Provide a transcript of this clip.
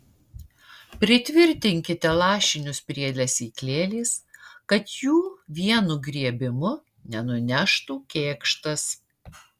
pritvirtinkite lašinius prie lesyklėlės kad jų vienu griebimu nenuneštų kėkštas